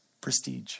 Prestige